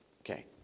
Okay